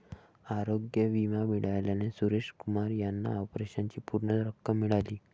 आरोग्य विमा मिळाल्याने सुरेश कुमार यांना ऑपरेशनची पूर्ण रक्कम मिळाली